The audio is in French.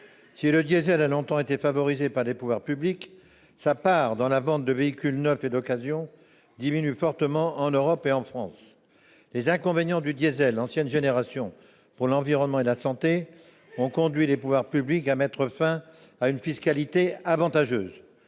diesel a longtemps été favorisée par les pouvoirs publics, sa part dans la vente de véhicules neufs et d'occasion diminue fortement en Europe et en France. Les inconvénients du diesel d'ancienne génération pour l'environnement et la santé ont conduit les pouvoirs publics à mettre fin à une fiscalité avantageuse.